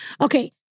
Okay